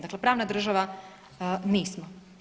Dakle, pravna država nismo.